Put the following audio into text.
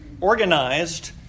organized